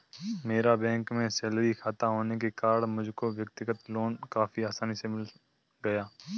मेरा बैंक में सैलरी खाता होने के कारण मुझको व्यक्तिगत लोन काफी आसानी से मिल गया